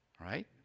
right